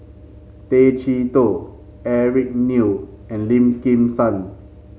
Tay Chee Toh Eric Neo and Lim Kim San